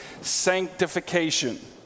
sanctification